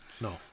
No